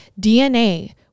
DNA